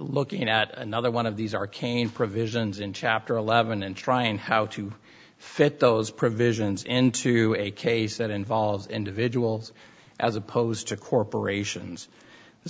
looking at another one of these arcane provisions in chapter eleven and try and how to fit those provisions into a case that involves individuals as opposed to corporations